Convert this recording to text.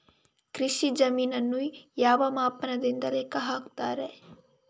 ಕೃಷಿ ಜಮೀನನ್ನು ಯಾವ ಮಾಪನದಿಂದ ಲೆಕ್ಕ ಹಾಕ್ತರೆ?